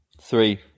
Three